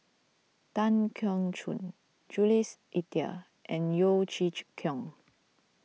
Tan Keong Choon Jules Itier and Yeo Chee Chee Kiong